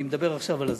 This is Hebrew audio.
אני מדבר עכשיו על זה,